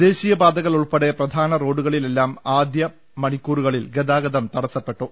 ദേശീയപാതകൾ ഉൾപ്പെടെ പ്രധാന റോഡു കളിലെല്ലാം ആദ്യ മണിക്കൂറുകളിൽ ഗതാഗതം തടസ്സപ്പെട്ടു